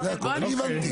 הבנתי.